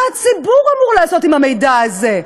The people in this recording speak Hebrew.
מה הציבור אמור לעשות עם המידע הזה?